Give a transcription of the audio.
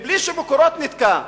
בלי ש"מקורות" ניתקה,